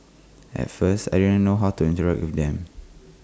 at first I didn't know how to interact with them